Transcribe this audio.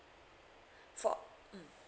for